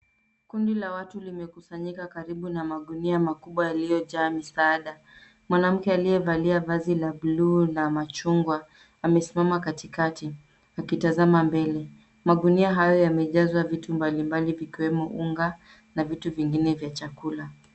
Kundi la watu limekusanyika karibu na magunia makubwa yaliyojaa misaada. Mwanamke aliyevalia vazi la bluu na machungwa, amesimama katikati, akitazama mbele. Magunia hayo yamejazwa vitu mbalimbali ikiwemo unga, na vitu vingine vya chakula.